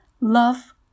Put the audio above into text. Love